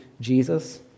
jesus